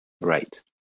right